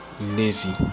lazy